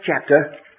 chapter